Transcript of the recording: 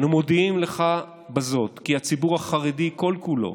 אנו מודיעים לך בזאת כי הציבור החרדי כל-כולו